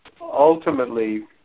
ultimately